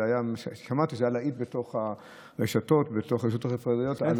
ושמעתי שזה היה להיט ברשתות החברתיות.